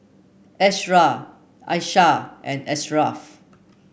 Ashraff Aishah and Ashraff